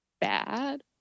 bad